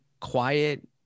quiet